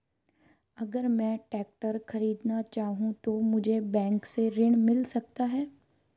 अगर मैं ट्रैक्टर खरीदना चाहूं तो मुझे बैंक से ऋण मिल सकता है?